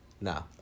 No